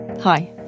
Hi